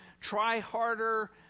try-harder